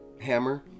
hammer